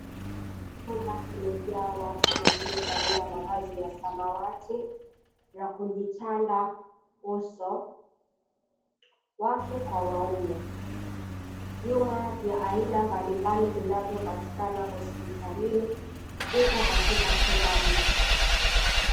Chumba kimejaa watu waliovalia mavazi ya samawati ya kujitanda uso, wake kwa waume. Vyuma ya aina mbalimbali vinavyopatikana hospitalini viko katika chumba hichi.